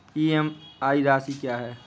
EMI राशि क्या है?